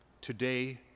today